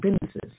businesses